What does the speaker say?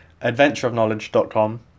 adventureofknowledge.com